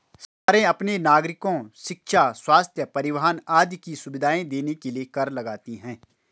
सरकारें अपने नागरिको शिक्षा, स्वस्थ्य, परिवहन आदि की सुविधाएं देने के लिए कर लगाती हैं